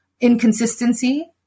inconsistency